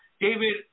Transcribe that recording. David